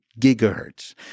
gigahertz